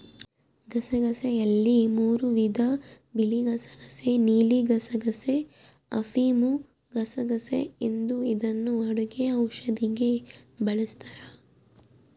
ಗಸಗಸೆಯಲ್ಲಿ ಮೂರೂ ವಿಧ ಬಿಳಿಗಸಗಸೆ ನೀಲಿಗಸಗಸೆ, ಅಫಿಮುಗಸಗಸೆ ಎಂದು ಇದನ್ನು ಅಡುಗೆ ಔಷಧಿಗೆ ಬಳಸ್ತಾರ